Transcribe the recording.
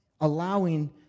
allowing